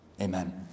Amen